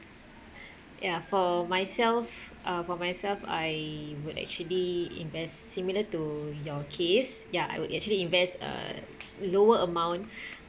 ya for myself uh for myself I would actually invest similar to your case ya I would actually invest uh lower amount